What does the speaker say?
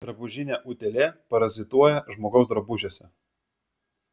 drabužinė utėlė parazituoja žmogaus drabužiuose